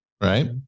right